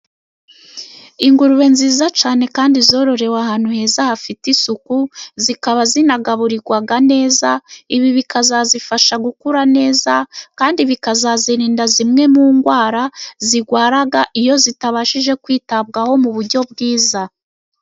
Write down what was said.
Ingurube nziza cyane kandi zororewe ahantu heza hafite isuku, zikaba zinagaburirwa neza. Ibi bikazazifasha gukura neza, kandi bikazazirinda zimwe mu ndwara zirwaraga, iyo zitabashije kwitabwaho mu buryo bwiza.